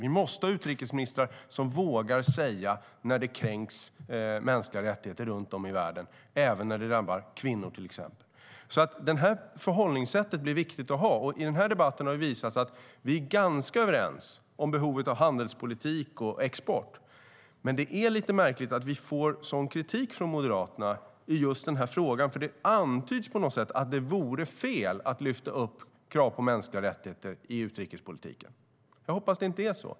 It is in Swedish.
Vi måste ha utrikesministrar som vågar säga ifrån när mänskliga rättigheter kränks runt om i världen och när det drabbar till exempel kvinnor. Det här förhållningssättet är viktigt att ha. I den här debatten har det visat sig att vi är ganska överens om behovet av handelspolitik och export. Men det är lite märkligt att vi får sådan kritik från Moderaterna i just den här frågan. Det antyds på något sätt att det vore fel att lyfta upp krav på mänskliga rättigheter i utrikespolitiken. Jag hoppas att det inte är så.